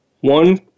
One